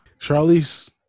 Charlize